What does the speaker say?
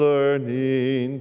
Learning